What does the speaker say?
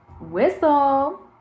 whistle